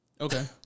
Okay